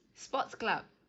sports club